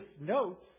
notes